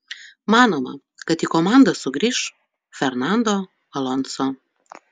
manoma kad į komandą sugrįš fernando alonso